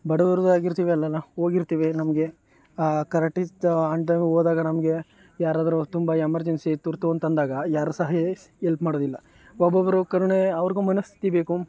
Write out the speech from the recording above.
ಬಡವರೂ ಆಗಿರ್ತೀವಿ ಅಲ್ಲೆಲ್ಲ ಹೋಗಿರ್ತೀವಿ ನಮಗೆ ಕರೆಕ್ಟಿ ಟ ಆನ್ ಟೈಮಿಗೆ ಹೋದಾಗ ನಮಗೆ ಯಾರಾದರೂ ತುಂಬ ಎಮರ್ಜೆನ್ಸಿ ತುರ್ತು ಅಂತಂದಾಗ ಯಾರೂ ಸಹಾಯ ಎಲ್ಪ್ ಮಾಡೋದಿಲ್ಲ ಒಬ್ಬೊಬ್ಬರು ಕರುಣೆ ಅವ್ರಿಗೂ ಮನಸ್ಥಿತಿ ಬೇಕು